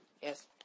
Yes